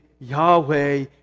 Yahweh